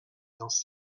dans